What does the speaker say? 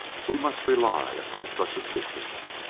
we must rely upon such assistance?